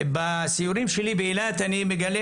בסיורים שלי באילת אני מגלה